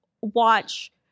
watch